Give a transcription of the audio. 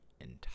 entire